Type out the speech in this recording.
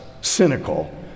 cynical